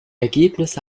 ergebnisse